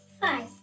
five